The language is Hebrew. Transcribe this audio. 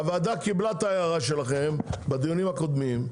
הוועדה קיבלה את ההערה שלכם בדיונים הקודמים,